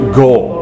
goal